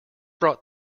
brought